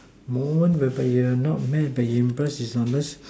moment whereby you are not mad but impressed unless